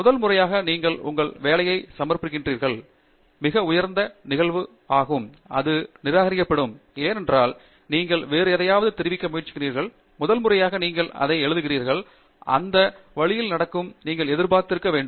முதல் முறையாக நீங்கள் உங்கள் வேலையைச் சமர்ப்பிக்கிறீர்கள் மிக உயர்ந்த நிகழ்தகவு அது நிராகரிக்கப்படும் ஏனென்றால் நீங்கள் வேறு எதையாவது தெரிவிக்க முயற்சிக்கிறீர்கள் முதல் முறையாக நீங்கள் எதையாவது எழுதுகிறீர்கள் அது அந்த வழியில் நடக்கும் நீங்கள் எதிர்பார்த்திருக்க வேண்டும்